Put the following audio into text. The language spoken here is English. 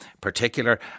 particular